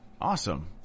Awesome